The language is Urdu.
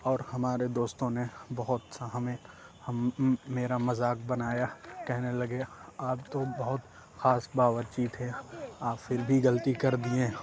اور ہمارے دوستوں نے بہت سا ہمیں میرا مذاق بنایا کہنے لگے آپ تو بہت خاص باورچی تھے آپ پھر بھی غلطی کر دیے